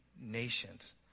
nations